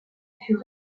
fût